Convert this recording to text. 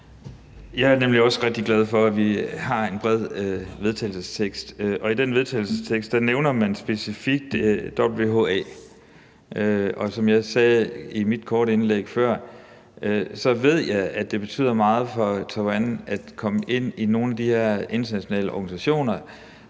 Jeg er nemlig også rigtig glad for, at vi har en bred vedtagelsestekst, og i den vedtagelsestekst nævner man specifikt WHA, og som jeg sagde i mit korte indlæg før, ved jeg, at det betyder meget for Taiwan at komme ind i nogle af de her internationale organisationer